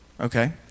Okay